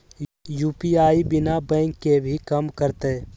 UPI बिना bank के भी कम करतै?